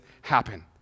happen